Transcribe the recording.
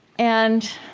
and